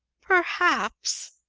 perhaps!